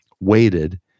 waited